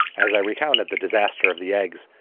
as i recounted the disaster of the eggs,